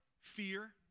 Fear